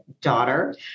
daughter